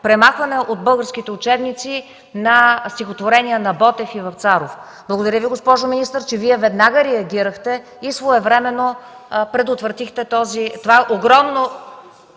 премахване от българските учебници на стихотворения на Ботев и Вапцаров. Благодаря Ви, госпожо министър, че Вие веднага реагирахте и своевременно предотвратихте това.